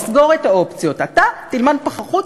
לסגור את האופציות: אתה תלמד פחחות,